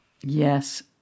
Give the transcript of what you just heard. Yes